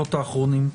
בשבועות האחרונים.